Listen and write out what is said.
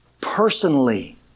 personally